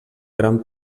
gran